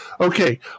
Okay